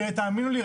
ותאמינו לי,